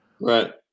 Right